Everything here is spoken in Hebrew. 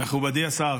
מכובדי השר,